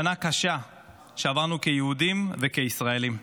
שנה קשה שעברנו כיהודים וכישראלים.